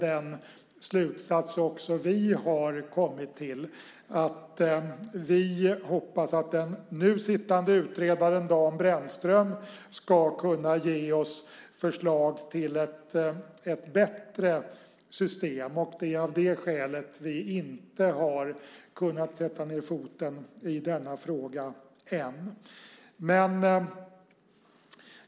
Den slutsats som vi har kommit till är att vi hoppas att den nu sittande utredaren, Dan Brändström, ska kunna ge oss förslag till ett bättre system. Det är av det skälet som vi inte har kunnat sätta ned foten i denna fråga än.